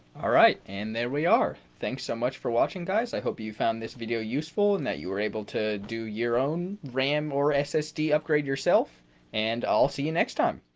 alright and there we are thanks so much for watching guys i hope you you found this video useful and that you were able to do your own ram or ssd upgrade yourself and i'll see you next time.